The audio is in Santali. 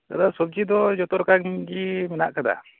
ᱫᱟᱫᱟ ᱥᱚᱵᱡᱤ ᱫᱚ ᱡᱚᱛᱚ ᱨᱚᱠᱚᱢᱟᱜ ᱜᱮ ᱢᱮᱱᱟᱜ ᱠᱟᱫᱟ